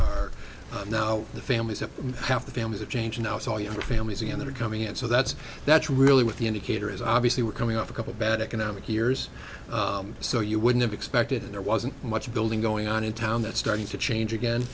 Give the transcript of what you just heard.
are now the families that have the families of change now it's all younger families and they're coming in so that's that's really what the indicator is obviously we're coming off a couple bad economic years so you wouldn't have expected there wasn't much building going on in town that's starting to change again